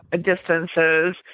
distances